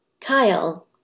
Kyle